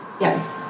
yes